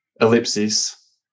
Ellipsis